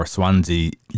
Swansea